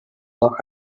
nach